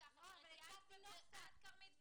התשע"ט 2018,